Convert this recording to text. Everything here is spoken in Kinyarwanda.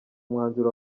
umwanzuro